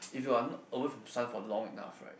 if you're not away from sun long enough right